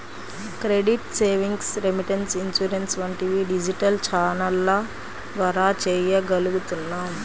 credit, savings, remittance, insurance వంటివి digital ఛానెల్ల ద్వారా చెయ్యగలుగుతున్నాం